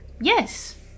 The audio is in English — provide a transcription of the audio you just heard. Yes